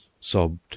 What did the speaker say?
Sobbed